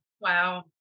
Wow